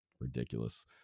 ridiculous